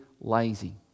lazy